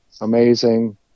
amazing